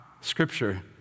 scripture